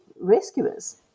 rescuers